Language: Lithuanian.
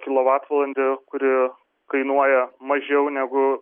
kilovatvalandė kuri kainuoja mažiau negu